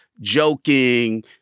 joking